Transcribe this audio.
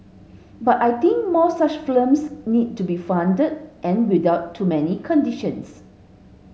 but I think more such films need to be funded and without too many conditions